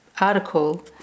article